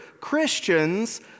Christians